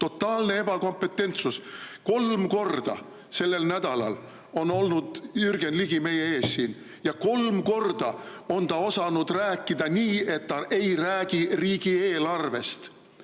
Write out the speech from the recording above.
Totaalne ebakompetentsus! Kolm korda sellel nädalal on olnud Jürgen Ligi meie ees siin, ja kolm korda on ta osanud rääkida nii, et ta ei räägi riigieelarvest,